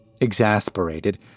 Exasperated